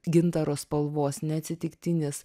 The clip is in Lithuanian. gintaro spalvos neatsitiktinis